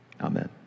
Amen